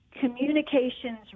communications